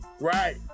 Right